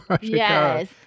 Yes